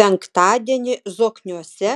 penktadienį zokniuose